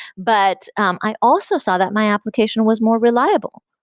but um i also saw that my application was more reliable.